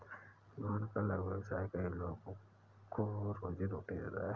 मोहन का लघु व्यवसाय कई लोगों को रोजीरोटी देता है